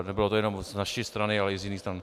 Nebylo to jenom z naší strany, ale i z jiných stran.